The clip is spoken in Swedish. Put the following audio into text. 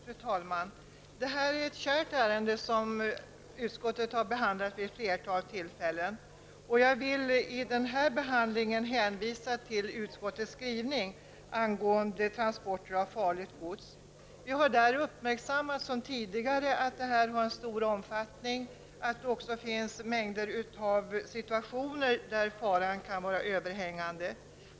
Fru talman! Det här är ett kärt ärende, som utskottet har behandlat vid ett flertal tillfällen. Jag vill i denna behandling hänvisa till utskottets skrivning angående transporter av farligt gods. Där uppmärksammar vi som tidigare att det här är ett stort område och att det finns mängder av situationer där faran kan vara överhängande.